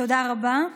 תודה רבה.